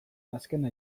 azkena